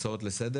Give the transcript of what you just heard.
יש הצעות לסדר?